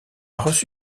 reçu